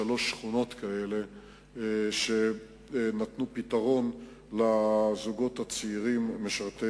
יש שלוש שכונות כאלה שנתנו פתרון לזוגות הצעירים משרתי